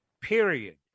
period